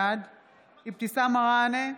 בעד אבתיסאם מראענה,